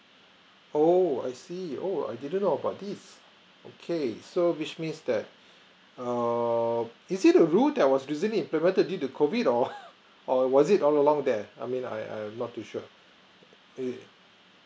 oh I see oh I didn't know about this okay so which means that err is it the rule that was recently implemented due to COVID or or was it all along there I mean I I'm not too sure it